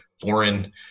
foreign